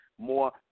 more